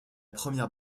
première